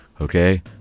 okay